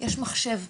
ממוחשב,